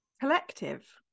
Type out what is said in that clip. Collective